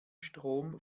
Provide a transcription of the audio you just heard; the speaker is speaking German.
strom